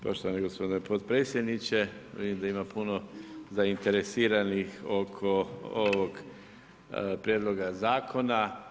Poštovani gospodine potpredsjedniče, vidim da ima puno zainteresiranih oko ovog prijedloga zakona.